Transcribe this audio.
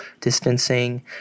distancing